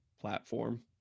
platform